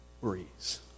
breeze